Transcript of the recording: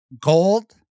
gold